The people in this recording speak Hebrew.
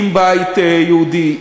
עם הבית היהודי,